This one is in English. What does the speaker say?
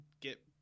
get –